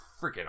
freaking